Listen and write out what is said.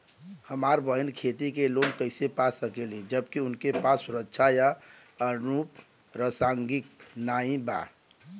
हमार बहिन खेती के लोन कईसे पा सकेली जबकि उनके पास सुरक्षा या अनुपरसांगिक नाई बा?